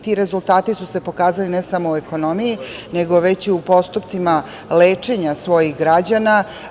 Ti rezultati su se pokazali ne samo u ekonomiji, već i u postupcima lečenja svojih građana.